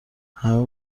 همه